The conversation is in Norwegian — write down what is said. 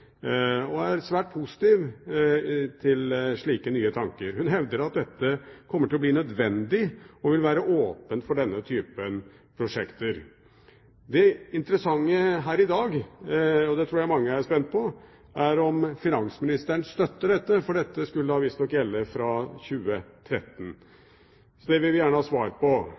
og er svært positiv til slike nye tanker. Hun hevder at dette kommer til å bli nødvendig, og vil være åpen for denne typen prosjekter. Det interessante her i dag – og det tror jeg mange er spent på – er om finansministeren støtter dette, for dette skulle visstnok gjelde fra 2013. Det vil vi gjerne ha svar på.